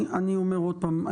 אני אומר עוד פעם,